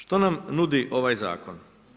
Što nam nudi ovaj zakon?